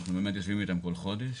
אנחנו באמת יושבים איתם כל חודש.